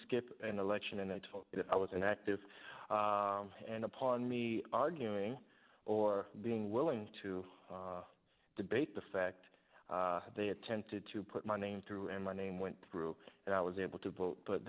skip an election and if i was in that and upon me arguing or being willing to debate the fact they attempted to put my name through and my name went through and i was able to vote but